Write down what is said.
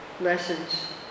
lessons